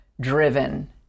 driven